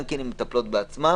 גם עם המטפלות בעצמן